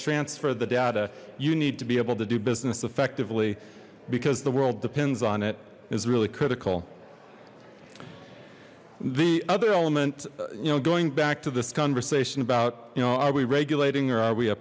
transfer the data you need to be able to do business effectively because the world depends on it is really critical the other element you know going back to this conversation about you know are we regulating or are we a